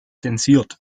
zensiert